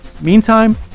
meantime